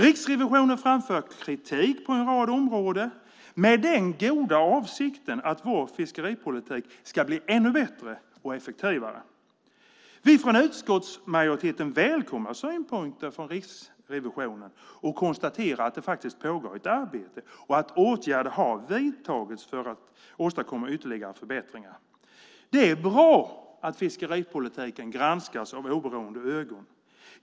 Riksrevisionen framför kritik på en rad områden med den goda avsikten att vår fiskeripolitik ska bli ännu bättre och effektivare. Vi från utskottsmajoriteten välkomnar synpunkter från Riksrevisionen, konstaterar att det pågår ett arbete och att åtgärder har vidtagits för att åstadkomma ytterligare förbättringar. Det är bra att fiskeripolitiken granskas av oberoende ögon.